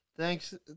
Thanks